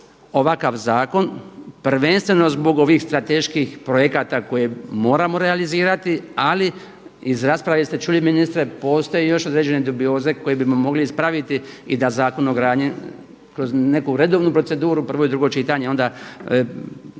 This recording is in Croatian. ovakav zakon prvenstveno zbog ovih strateških projekata koje moramo realizirati, ali iz rasprave ste čuli ministre postoje još određene dubioze koje bismo mogli ispraviti i da Zakon o gradnji kroz neku redovnu proceduru prvo i drugo čitanje onda